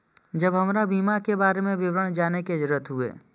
जब हमरा बीमा के बारे में विवरण जाने के जरूरत हुए?